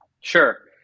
Sure